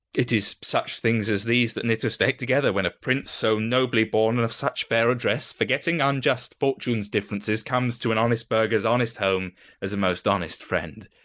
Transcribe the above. it is such things as these that knit a state together, when a prince so nobly born and of such fair address, forgetting unjust fortune's differences, comes to an honest burgher's honest home as a most honest friend.